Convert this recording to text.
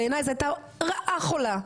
בעיני זה הייתה רעה חולה,